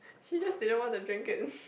he just didn't want to drink it